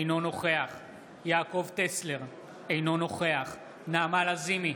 אינו נוכח יעקב טסלר, אינו נוכח נעמה לזימי,